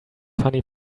funny